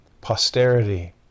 Posterity